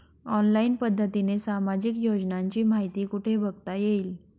Online पद्धतीने सामाजिक योजनांची माहिती कुठे बघता येईल?